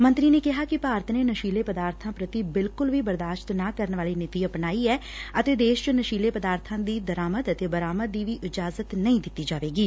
ਮੰਤਰੀ ਨੇ ਕਿਹਾ ਕਿ ਭਾਰਤ ਨੇ ਨਸ਼ੀਲੇ ਪਦਾਰਬਾਂ ਪੂਤੀ ਬਿਲਕੁਲ ਵੀ ਬਰਦਾਸ਼ਤ ਨਾ ਕਰਨ ਵਾਲੀ ਨੀਤੀ ਅਪਣਾਈ ਐ ਅਤੇ ਦੇਸ਼ ਚ ਨਸ਼ੀਲੇ ਪਦਾਰਬਾਂ ਦੀ ਦਰਾਮਦ ਅਤੇ ਬਰਾਮਦ ਦੀ ਵੀ ਇਜਾਜਤ ਨਹੀਂ ਦਿੱਤੀ ਜਾਏਗੀ